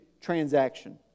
transaction